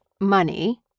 money